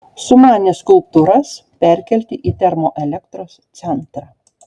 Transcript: sumanė skulptūras perkelti į termoelektros centrą